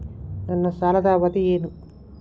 ನನ್ನ ಸಾಲದ ಅವಧಿ ಏನು?